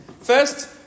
First